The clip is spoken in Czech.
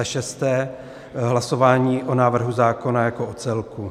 6. Hlasování o návrhu zákona jako o celku.